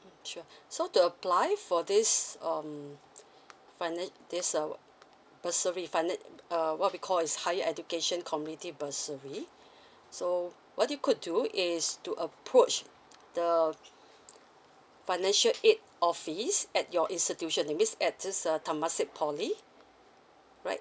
sure so to apply for this on finance this uh bursary finance uh what we call is higher education community bursary so what you could do is to approach the financial aid office at your institution in this at this uh Temasek Poly right